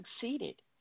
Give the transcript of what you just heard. succeeded